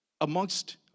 amongst